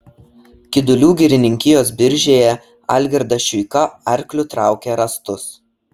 kidulių girininkijos biržėje algirdas šiuika arkliu traukė rąstus